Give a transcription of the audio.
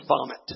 vomit